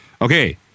okay